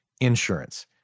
Insurance